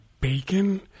bacon